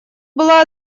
была